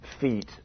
feet